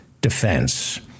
Defense